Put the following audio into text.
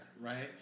right